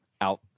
out